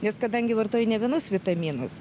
nes kadangi vartoji ne vienus vitaminus